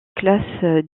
classe